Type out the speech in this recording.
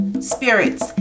Spirits